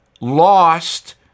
lost